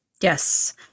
Yes